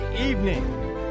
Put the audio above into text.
evening